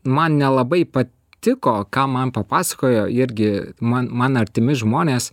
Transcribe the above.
man nelabai patiko ką man papasakojo irgi man man artimi žmonės